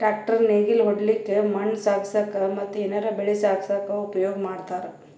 tractor ನೇಗಿಲ್ ಹೊಡ್ಲಿಕ್ಕ್ ಮಣ್ಣ್ ಸಾಗಸಕ್ಕ ಮತ್ತ್ ಏನರೆ ಬೆಳಿ ಸಾಗಸಕ್ಕ್ ಉಪಯೋಗ್ ಮಾಡ್ತಾರ್